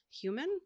human